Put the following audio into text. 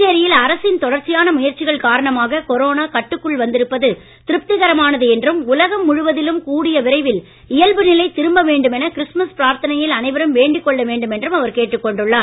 புதுச்சேரியில் அரசின் தொடர்ச்சியான முயற்சிகள் காரணமாக கொரோனா கட்டுக்குள் வந்திருப்பது திருப்திகரமானது என்றும் உலகம் முழுவதிலும் கூடிய விரைவில் இயல்பு நிலை திரும்ப வேண்டும் என கிறிஸ்துமஸ் பிரார்த்தனையில் அனைவரும் வேண்டிக்கொள்ள வேண்டும் என்றும் அவர் கேட்டுக்கொண்டுள்ளார்